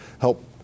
help